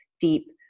deep